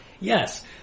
Yes